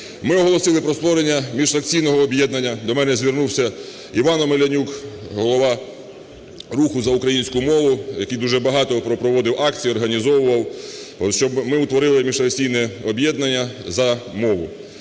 Ми оголосили про створення міжфракційного об'єднання. До мене звернувся Іван Омелянюк, голова "Руху за українську мову", який дуже багато проводив акцій, організовував, щоб ми утворили міжфракційне об'єднання "За мову".